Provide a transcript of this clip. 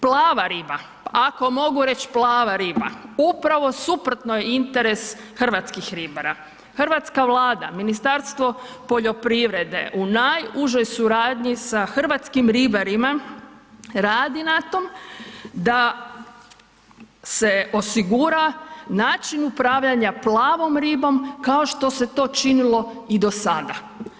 Plava riba, ako mogu reći plava riba upravo je suprotno je interes hrvatskih ribara, Hrvatska vlada, Ministarstvo poljoprivrede u najužoj suradnji sa hrvatskim ribarima radi na tome da se osigura način upravljanja plavom ribom kao što se to činilo i do sada.